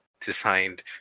designed